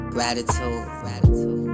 Gratitude